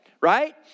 right